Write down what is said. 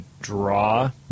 draw